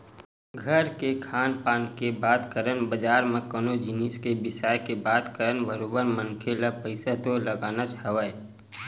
घर के खान पान के बात करन बजार म कोनो जिनिस के बिसाय के बात करन बरोबर मनखे ल पइसा तो लगानाच हवय